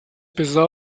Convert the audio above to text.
pisar